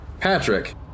Patrick